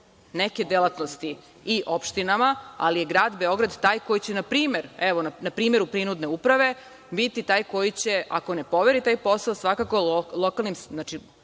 neke delatnosti i opštinama, ali je Grad Beograd taj koji će, npr. u prinudne uprave, biti taj koji će, ako ne poveri taj posao, svakako jedinicama